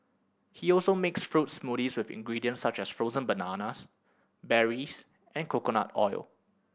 he also makes fruit smoothies with ingredients such as frozen bananas berries and coconut oil